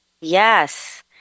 Yes